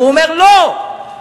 והוא אומר: לא,